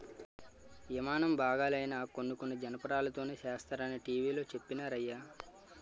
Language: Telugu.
యిమానం బాగాలైనా కొన్ని కొన్ని జనపనారతోనే సేస్తరనీ టీ.వి లో చెప్పినారయ్య